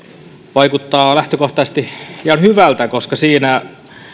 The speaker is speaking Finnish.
vaikuttaa lähtökohtaisesti ihan hyvältä koska siinä